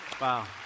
Wow